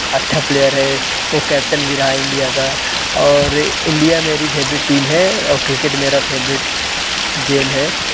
अच्छा प्लेयर है वो कैप्टन भी रहा इंडिया का और इंडिया मेरी फेवरेट टीम है और क्रिकेट मेरा फेवरेट गेम है